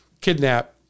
kidnap